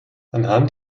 anhand